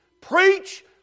preach